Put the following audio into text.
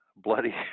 Bloody